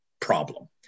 problem